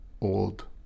old